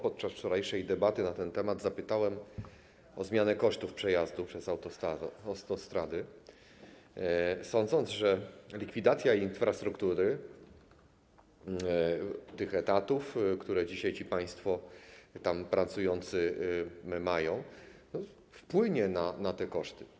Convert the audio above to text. Podczas wczorajszej debaty na ten temat zapytałem o zmianę kosztów przejazdu przez autostrady, sądząc, że likwidacja infrastruktury, etatów, które dzisiaj państwo tam pracujący mają, wpłynie na te koszty.